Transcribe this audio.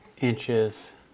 inches